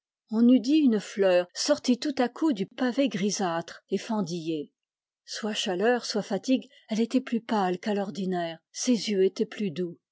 on eût dit une fleur sortie tout à coup du pavé grisâtre et fendillé soit chaleur soit fatigue elle était plus pâle qu'à l'ordinaire ses yeux étaient plus doux